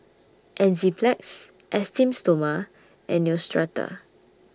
Enzyplex Esteem Stoma and Neostrata